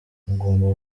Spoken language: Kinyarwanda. mugomba